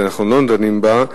אז אנחנו לא דנים בה.